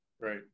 Right